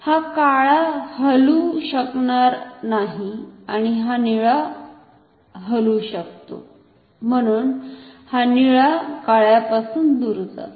हा काळा हलू शकणार नाही हा निळा हलू शकतो म्हणून हा निळा काळ्यापासून दूर जातो